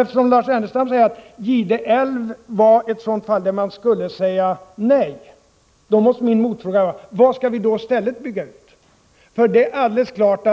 Eftersom Lars Ernestam säger att Gide älv var ett fall där man skulle säga nej måste min motfråga vara: Vad skall vi i stället bygga ut? För det är alldeles klart,